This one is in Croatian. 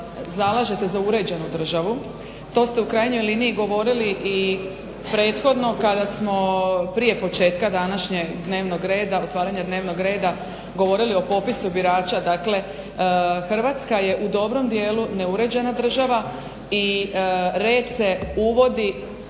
zalažete za uređenu državu. To ste u krajnjoj liniji govorili i prethodno kada smo prije početka današnjeg otvaranja dnevnog reda govorili o popisu birača, dakle Hrvatska je u dobrom dijelu neuređena država i red se uvodi